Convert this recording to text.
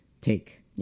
take